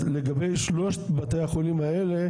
אז לגבי שלושת בתי החולים האלה,